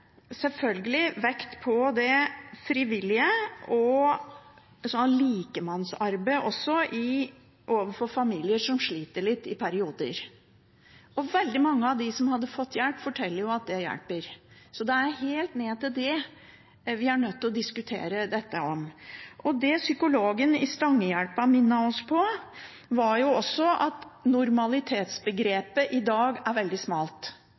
vekt på det frivillige og likemannsarbeid overfor familier som sliter litt i perioder. Veldig mange av dem som hadde fått hjelp, forteller at det hjelper. Så det er helt ned til det vi er nødt til å diskutere. Det psykologen i Stangehjelpa minnet oss om, var at normalitetsbegrepet i dag er veldig smalt.